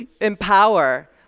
empower